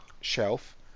shelf